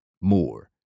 more